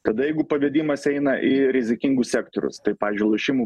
tada jeigu pavedimas eina į rizikingus sektorius tai pavyzdžiui lošimų